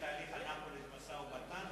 אם הוא היה מבקש לבטל את תהליך אנאפוליס במשא-ומתן,